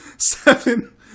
Seven